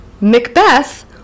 Macbeth